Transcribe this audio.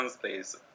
please